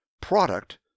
Product